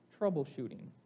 troubleshooting